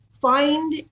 find